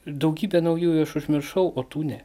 daugybę naujųjų aš užmiršau o tų ne